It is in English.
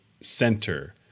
center